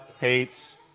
hates